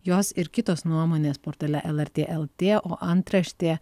jos ir kitos nuomonės portale lrt lt o antraštė